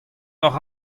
hocʼh